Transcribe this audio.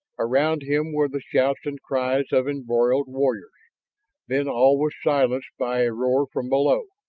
around him were the shouts and cries of embroiled warriors then all was silenced by a roar from below.